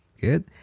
good